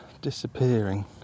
disappearing